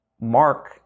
Mark